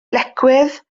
lecwydd